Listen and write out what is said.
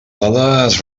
dades